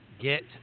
get